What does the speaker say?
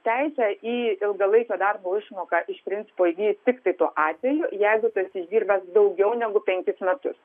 teisę į ilgalaikio darbo išmoką iš principo įgyji tiktai tuo atveju jeigu tu esi išdirbęs daugiau negu penkis metus